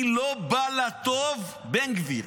היא, לא בא לה טוב בן גביר.